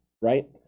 right